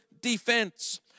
defense